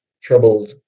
troubled